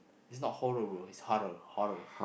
it's not horror bro it's horror horror